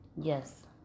Yes